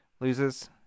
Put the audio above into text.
loses